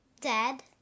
Dad